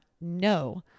no